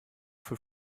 für